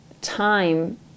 time